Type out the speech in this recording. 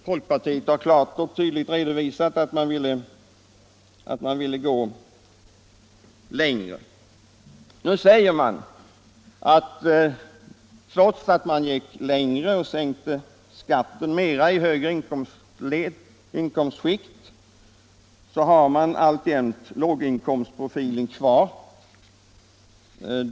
Folkpartiet har klart och tydligt redovisat att man ville gå längre. Nu säger man att trots att man gick längre och sänkte skatten mera i högre inkomstskikt så har man alltjämt låginkomstprofilen kvar.